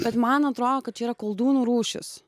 bet man atrodo kad čia yra koldūnų rūšis